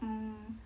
mm